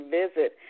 visit